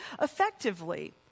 effectively